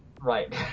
Right